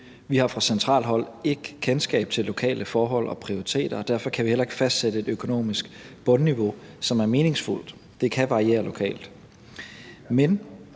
Vi har fra centralt hold ikke kendskab til lokale forhold og prioriteter, og derfor kan vi heller ikke fastsætte et økonomisk bundniveau, som er meningsfuldt. Det kan variere lokalt. Men